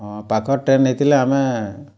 ହଁ ପାଖର୍ ଟ୍ରେନ୍ ହେଇଥିଲେ ଆମେ